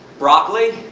broccoli?